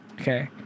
okay